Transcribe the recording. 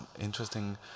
interesting